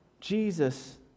Jesus